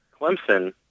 Clemson